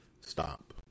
Stop